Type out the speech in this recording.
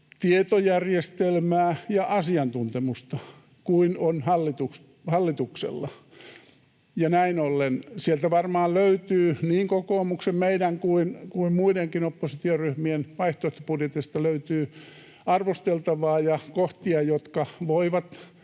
tietojärjestelmää ja asiantuntemusta kuin on hallituksella. Näin ollen niin kokoomuksen, meidän kuin muidenkin oppositioryhmien vaihtoehtobudjeteista varmaan löytyy arvosteltavaa ja kohtia, jotka voivat